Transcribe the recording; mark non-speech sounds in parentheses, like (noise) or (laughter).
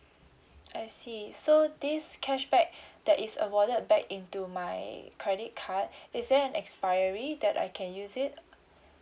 I see so this cashback (breath) that is awarded back into my credit card is there an expiry that I can use it